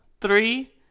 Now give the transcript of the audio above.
Three